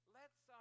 lets